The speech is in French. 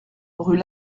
rue